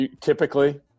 Typically